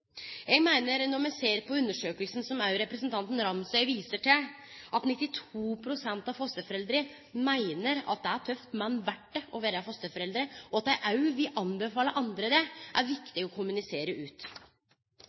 Når me ser på undersøkinga, som òg representanten Ramsøy viser til, ser ein at 92 pst. av fosterforeldra meiner at det er «tøft, men verdt det» å vere fosterforeldre. At dei òg vil anbefale andre det, er viktig å kommunisere ut.